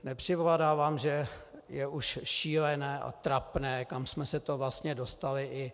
Nepřipadá vám, že je už šílené a trapné, kam jsme se vlastně dostali?